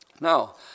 Now